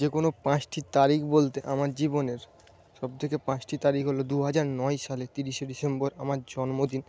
যে কোন পাঁচটি তারিখ বলতে আমার জীবনের সব থেকে পাঁচটি তারিখ হল দু হাজার নয় সালের তিরিশে ডিসেম্বর আমার জন্মদিন